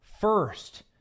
first